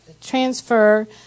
transfer